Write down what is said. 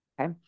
okay